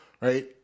right